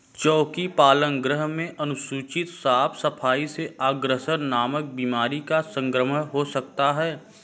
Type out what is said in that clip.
चोकी पालन गृह में अनुचित साफ सफाई से ग्रॉसरी नामक बीमारी का संक्रमण हो सकता है